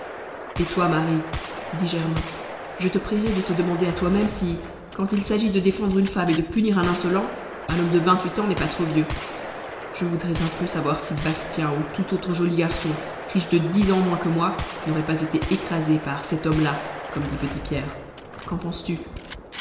et toi marie dit germain je te prierai de te demander à toi-même si quand il s'agit de défendre une femme et de punir un insolent un homme de vingt-huit ans n'est pas trop vieux je voudrais un peu savoir si bastien ou tout autre joli garçon riche de dix ans moins que moi n'aurait pas été écrasé par cet homme-là comme dit petit pierre qu'en pensestu